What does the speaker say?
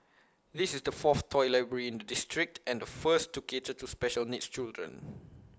this is the fourth toy library in the district and the first to cater to special needs children